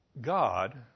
God